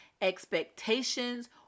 expectations